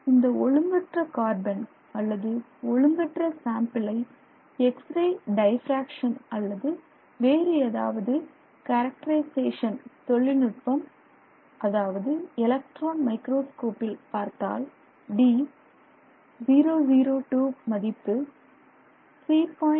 இந்த ஒழுங்கற்ற கார்பன் அல்லது ஒழுங்கற்ற சாம்பிளை எக்ஸ்ரே டைபிரேக்சன் அல்லது வேறு ஏதாவது கேரக்டரைசேஷன் தொழில்நுட்பம் அதாவது எலக்ட்ரான் மைக்ராஸ்கோப்பில் பார்த்தால் d002 மதிப்பு 3